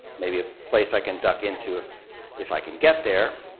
maybe a place i can duck into if if i can get there.